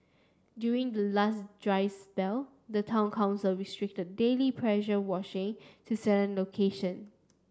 during the last dry spell the town council restricted daily pressure washing to certain location